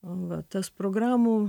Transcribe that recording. o va tas programų